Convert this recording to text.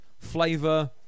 flavor